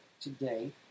today